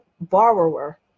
borrower